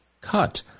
cut